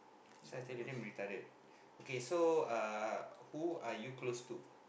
so I tell you damn retarded okay so uh who are you close to